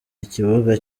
ikibuga